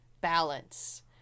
balance